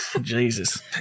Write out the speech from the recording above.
Jesus